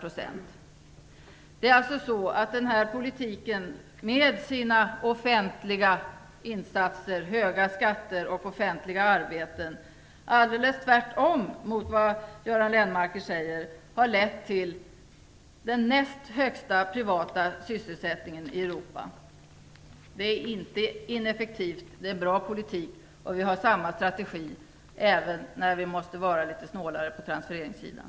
Detta överträffas bland EU och Denna politik, med sina offentliga insatser, höga skatter och offentliga arbeten, har alldeles tvärtemot vad Göran Lennmarker säger lett till den näst högsta sysselsättningen i privat sektor i Europa. Det är inte ineffektivt. Det är en bra politik, och vi har samma strategi även när vi måste vara litet snålare på transfereringssidan.